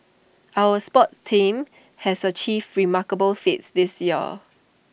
our sports teams has achieved remarkable feats this year